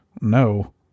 No